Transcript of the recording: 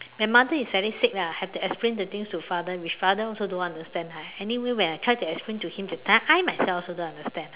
my mother is sadistic lah have to explain the things to father with father also don't understand !aiya! anyway when I try to explain to him that time I myself also don't understand